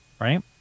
right